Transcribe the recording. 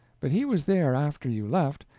but he was there after you left,